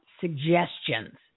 suggestions